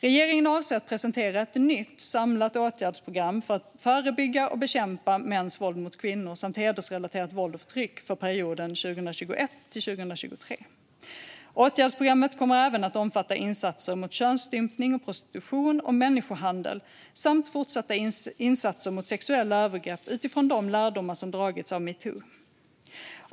Regeringen avser att presentera ett nytt samlat åtgärdsprogram för att förebygga och bekämpa mäns våld mot kvinnor samt hedersrelaterat våld och förtryck för perioden 2021-2023. Åtgärdsprogrammet kommer även att omfatta insatser mot könsstympning och prostitution och människohandel samt fortsatta insatser mot sexuella övergrepp utifrån de lärdomar som dragits av metoo.